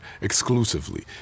exclusively